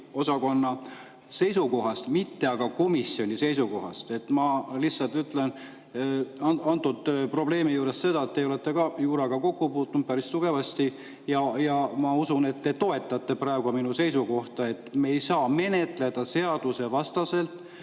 analüüsiosakonna seisukohast, mitte aga komisjoni seisukohast. Ma lihtsalt ütlen antud probleemi juures seda – te olete ka juuraga kokku puutunud päris tugevasti ja ma usun, et te toetate minu seisukohta –, et me ei saa menetleda eelnõu seadusevastaselt